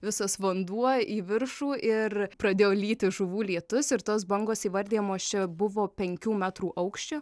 visas vanduo į viršų ir pradėjo lyti žuvų lietus ir tos bangos įvardijamos čia buvo penkių metrų aukščio